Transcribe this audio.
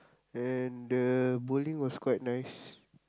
and the bowling was quite nice